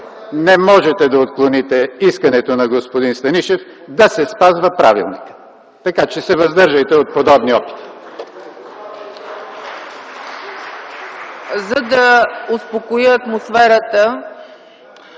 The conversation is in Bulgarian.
не можете да отклоните искането на господин Станишев да се спазва правилникът! Така че се въздържайте от подобни опити. (Ръкопляскания